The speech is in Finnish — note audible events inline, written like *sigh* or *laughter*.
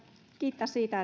kiittää siitä *unintelligible*